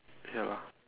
ya lah